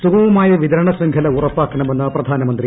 സുഗമമായ വിതരണ ശൃംഖല ഉറപ്പാക്കണമെന്ന് പ്രധാനമന്ത്രി